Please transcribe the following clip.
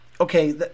Okay